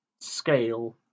scale